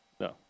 No